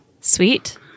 sweet